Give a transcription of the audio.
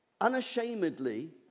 unashamedly